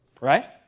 Right